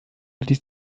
ließ